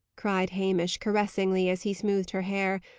cried hamish, caressingly, as he smoothed her hair,